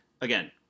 Again